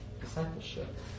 discipleship